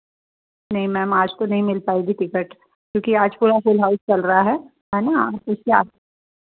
नहीं मैम आज तो नहीं मिल पाएगी टिकट क्योंकि आज पूरा फुल हाउस चल रहा है है ना तो इसलिए आप